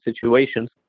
situations